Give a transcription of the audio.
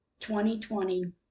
2020